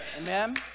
Amen